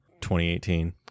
2018